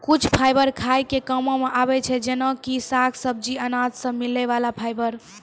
कुछ फाइबर खाय के कामों मॅ आबै छै जेना कि साग, सब्जी, अनाज सॅ मिलै वाला फाइबर